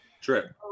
trip